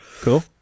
cool